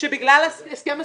שבגלל הסכם הסיוע,